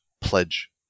pledge